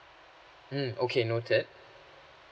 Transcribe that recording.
mm okay noted